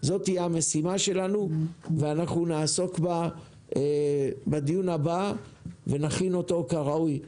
זאת תהיה המשימה שלנו ואנחנו נעסוק בה בדיון הבא ונכין אותו כראוי.